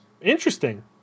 Interesting